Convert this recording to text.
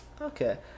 okay